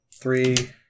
Three